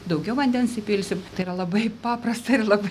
daugiau vandens įpilsiu tai yra labai paprasta ir labai